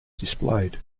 displayed